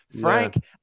Frank